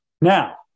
Now